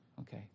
okay